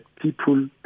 people